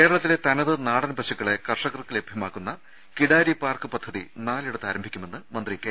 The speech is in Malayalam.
കേരളത്തിലെ തനത് നാടൻ പശുക്കളെ കർഷകർക്ക് ലഭ്യമാക്കുന്ന കിടാരി പാർക്ക് പദ്ധതി നാലിടത്ത് ആരംഭിക്കുമെന്ന് മന്ത്രി കെ